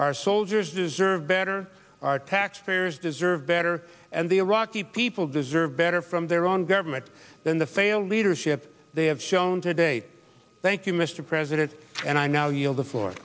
our soldiers deserve better our taxpayers deserve better and the iraqi people deserve better from their own government than the failed leadership they have shown today thank you mr president and i now yield the floor